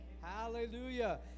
hallelujah